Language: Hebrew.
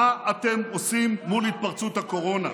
מה אתם עושים מול התפרצות הקורונה?